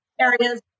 areas